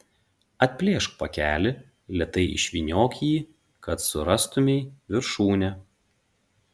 atplėšk pakelį lėtai išvyniok jį kad surastumei viršūnę